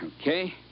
Okay